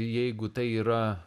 jeigu tai yra